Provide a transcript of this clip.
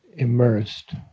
Immersed